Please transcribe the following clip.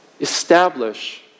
establish